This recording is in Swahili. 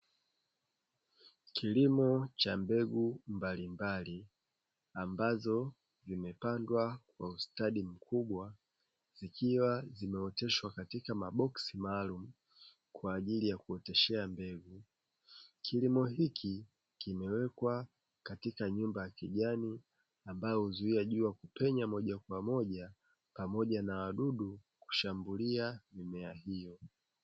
kilimo cha mbegu mbalimbali ambazo zimepandwa kwa ustadi mkubwa zikiwa zimeoteshwa katika maboksi maalum kwa ajili ya kuoteshea mbegu. kilimo hiki kimwekwa katika nyumba yenye ya kijan kwaajili ya kuzuia jua kupenya moja kwa moja pamoja na wadudu kushambulia mimiea hiyo.